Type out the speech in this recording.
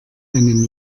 einen